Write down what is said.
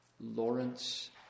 Lawrence